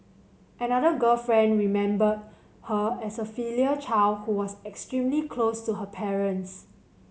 another girlfriend remembered her as a filial child who was extremely close to her parents